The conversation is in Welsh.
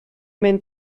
mynd